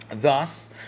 Thus